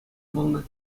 пулнӑ